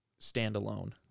standalone